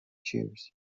cheers